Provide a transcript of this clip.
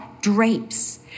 drapes